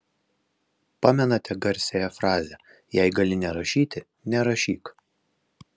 pamenate garsiąją frazę jei gali nerašyti nerašyk